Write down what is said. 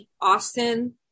Austin